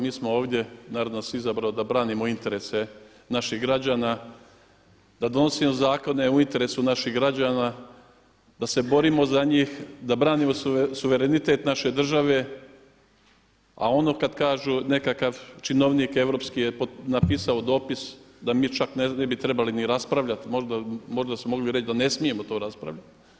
Mi smo ovdje, narod nas je izabrao da branimo interese naših građana, da donosimo zakone u interesu naših građana, da se borimo za njih, da branimo suverenitet naše države a ono kad kažu nekakav činovnik europski je napisao dopis da mi čak ne bi trebali ni raspravljati, možda su mogli reći da ne smijemo to raspravljati.